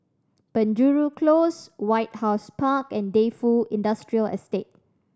Penjuru Close White House Park and Defu Industrial Estate